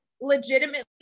Legitimately